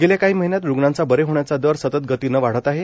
गेल्या काही महिन्यात रुग्णांचा बरे होण्याचा दर सतत गतीनं वाढत आहे